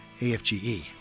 AFGE